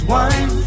one